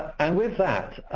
and with that,